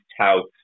touts